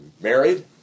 married